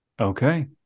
Okay